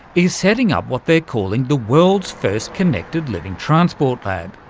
is setting up what they're calling the world's first connected living transport lab.